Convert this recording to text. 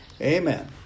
Amen